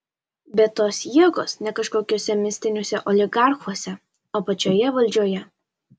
bet tos jėgos ne kažkokiuose mistiniuose oligarchuose o pačioje valdžioje